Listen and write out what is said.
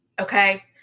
Okay